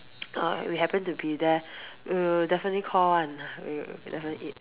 uh we happened to be there we definitely call [one] we'll definitely eat